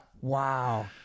Wow